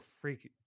freak